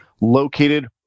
located